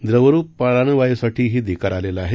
द्रवरुप प्राणवायूसाठीही देकार आलेले आहेत